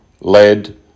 lead